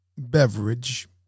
beverage